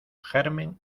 germen